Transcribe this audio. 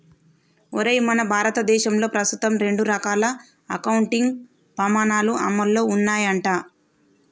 ఒరేయ్ మన భారతదేశంలో ప్రస్తుతం రెండు రకాల అకౌంటింగ్ పమాణాలు అమల్లో ఉన్నాయంట